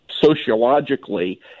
sociologically